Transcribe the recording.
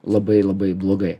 labai labai blogai